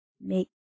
make